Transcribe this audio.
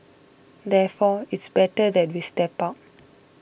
therefore it's better that we step out